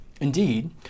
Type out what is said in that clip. Indeed